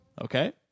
Okay